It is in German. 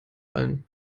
allen